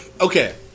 okay